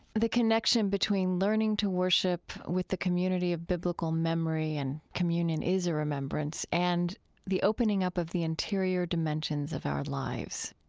the connection between learning to worship with the community of biblical memory and communion is a remembrance and the opening up of the interior dimensions of our lives.